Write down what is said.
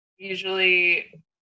Usually